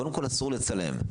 קודם כל אסור לצלם.